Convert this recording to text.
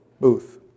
booth